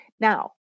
now